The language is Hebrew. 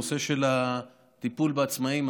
בנושא הטיפול בעצמאים,